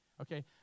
okay